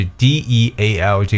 deal